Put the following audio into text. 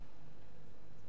אני רוצה לבוא ולומר,